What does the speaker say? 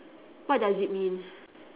what does it mean